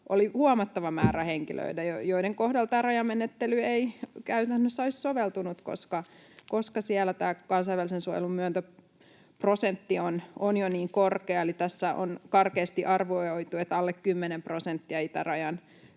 oli huomattava määrä henkilöitä, joiden kohdalle tämä rajamenettely ei käytännössä olisi soveltunut, koska siellä tämä kansainvälisen suojelun myöntöprosentti on jo niin korkea. Eli tässä on karkeasti arvioitu, että alle kymmenen prosenttia itärajan